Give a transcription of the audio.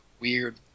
weird